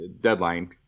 deadline